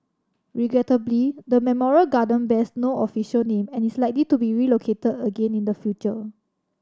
regrettably the memorial garden bears no official name and is likely to be relocated again in the future